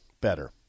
better